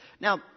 Now